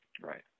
Right